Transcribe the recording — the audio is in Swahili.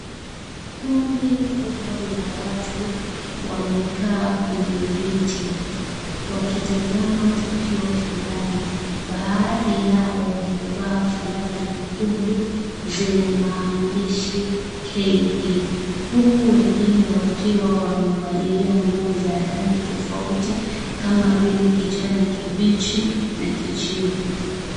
Kundi kubwa la watu wamekaa kwenye viti, wakitazama tukio fulani baadhi yao wamevaa fulana nyekundu zenye maandishi KD, huku wengine wakiwa wamevalia nguo za rangi tofauti kama vile kijani kibichi na kijivu.